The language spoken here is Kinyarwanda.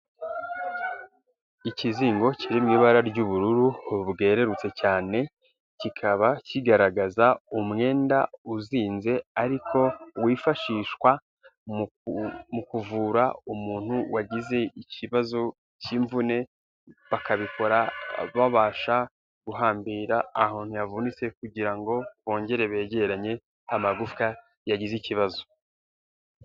Ikizingo kiri mu ibara ry'ubururu bwerurutse cyane, kikaba kigaragaza umwenda uzinze ariko wifashishwa mu kuvura umuntu wagize ikibazo cy'imvune, bakabikora babasha guhambira ahantu havunitse kugira ngo bongere begeranye amagufwa yagize ikibazo.